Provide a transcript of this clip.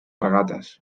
regates